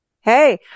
hey